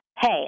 hey